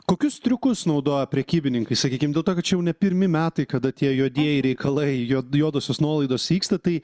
kokius triukus naudoja prekybininkai sakykim dėl to kad čia jau ne pirmi metai kada tie juodieji reikalai juod juodosios nuolaidos vyksta tai